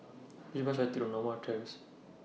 Which Bus should I Take to Norma Terrace